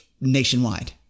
Nationwide